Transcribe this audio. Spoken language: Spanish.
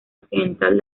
occidental